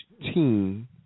team